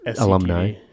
alumni